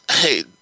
hey